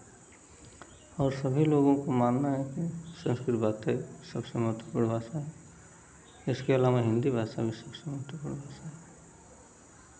और सभी लोगों को मानना है कि संस्कृत भाषा सबसे महत्वपूर्ण भाषा है इसके आलावा हिन्दी भाषा भी सबसे महत्वपूर्ण भाषा है